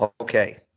Okay